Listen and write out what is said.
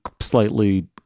slightly